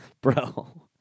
bro